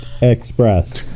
Express